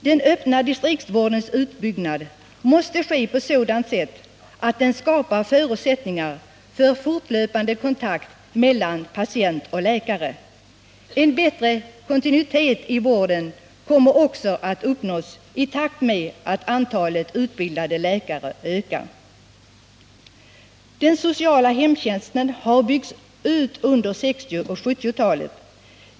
Den öppna distriktsvårdens utbyggnad måste ske på sådant sätt att den skapar förutsättningar för fortlöpande kontakt mellan patient och läkare. En bätte kontinuitet i vården kommer också att uppnås i takt med att antalet utbildade läkare ökar. Den sociala hemtjänsten har byggts ut under 1960 och 1970-talen.